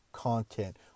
Content